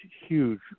huge